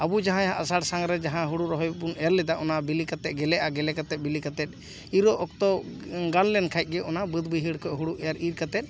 ᱟᱵᱚ ᱡᱟᱦᱟᱸᱭ ᱦᱟᱸᱜ ᱟᱥᱟᱲ ᱥᱟᱱ ᱨᱮ ᱡᱟᱦᱟᱸ ᱦᱳᱲᱳ ᱨᱚᱦᱚᱭ ᱵᱚᱱ ᱮᱨ ᱞᱮᱫᱟ ᱚᱱᱟ ᱵᱤᱞᱤ ᱠᱟᱛᱮ ᱜᱮᱞᱮᱜᱼᱟ ᱜᱮᱞᱮ ᱠᱟᱛᱮ ᱵᱤᱞᱤ ᱠᱟᱛᱮ ᱤᱨᱚᱜ ᱚᱠᱛᱚ ᱜᱟᱱ ᱞᱮᱱᱠᱷᱟᱡ ᱜᱮ ᱚᱱᱟ ᱵᱟᱹᱫᱽ ᱵᱟᱹᱭᱦᱟᱹᱲ ᱠᱚ ᱦᱳᱲᱳ ᱮᱨ ᱤᱨ ᱠᱟᱛᱮ